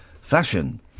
Fashion